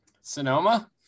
Sonoma